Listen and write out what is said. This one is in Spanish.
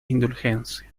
indulgencia